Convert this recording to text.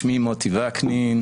שמי מוטי וקנין,